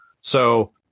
So-